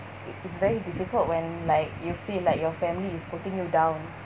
it's very difficult when like you feel like your family is putting you down